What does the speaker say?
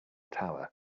tower